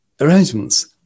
arrangements